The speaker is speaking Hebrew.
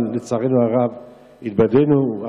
אבל לצערנו הרב התבדינו,